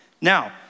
Now